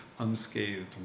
unscathed